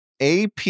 AP